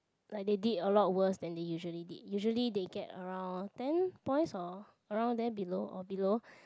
like they did a lot worse than they usually did usually they get around ten points or around there below or below